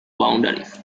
boundaries